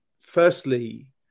firstly